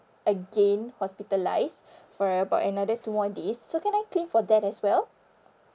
again hospitalised for about another two more days so can I claim for that as well